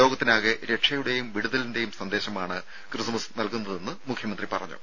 ലോകത്തിനാകെ രക്ഷയുടെയും വിടുതലിന്റെയും സന്ദേശമാണ് ക്രിസ്മസ് നൽകുന്നതെന്ന് മുഖ്യമന്ത്രി പറഞ്ഞു